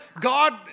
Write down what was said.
god